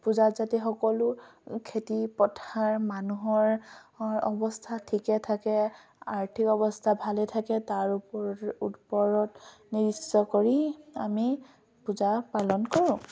পূজাত যাতে সকলো খেতি পথাৰ মানুহৰ অৱস্থা ঠিকে থাকে আৰ্থিক অৱস্থা ভালে থাকে তাৰ ওপৰ ওপৰত নিৰ্দিষ্ট কৰি আমি পূজা পালন কৰোঁ